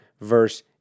verse